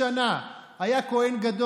פתאום נעלמת לי.